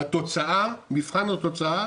במבחן התוצאה